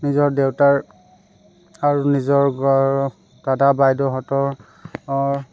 নিজৰ দেউতাৰ আৰু নিজৰ ঘৰৰ দাদা বাইদেউহঁতৰ অঁৰ